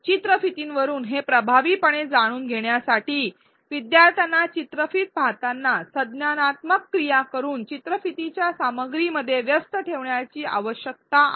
चित्रफितीवरून हे प्रभावीपणे शिकून घेण्यासाठी विद्यार्थ्यांना चित्रफित पाहताना संज्ञानात्मक क्रिया करून चित्रफितीच्या सामग्रीमध्ये व्यस्त ठेवण्याची आवश्यकता आहे